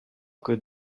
could